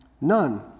none